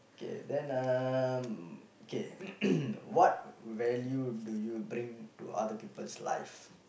okay then um okay what value do you bring to other people's life